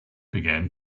began